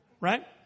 right